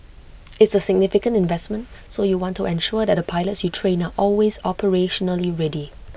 it's A significant investment so you want to ensure that the pilots you train are always operationally ready